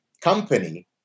company